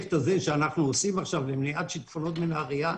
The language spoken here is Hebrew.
הפרויקט הזה שאנחנו עושים עכשיו למניעת שיטפונות בנהריה,